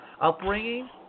upbringing